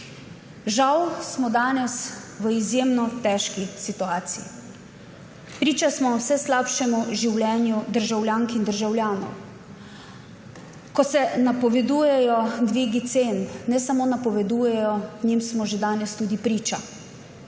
Žal smo danes v izjemno težki situaciji. Priča smo vse slabšemu življenju državljank in državljanov, ko se napovedujejo dvigi cen, ne samo napovedujejo, njim so že danes tudi priča,